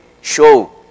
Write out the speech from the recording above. show